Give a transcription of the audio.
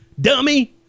Dummy